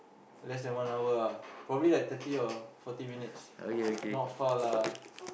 less than one hour ah probably like thirty or forty minutes not far lah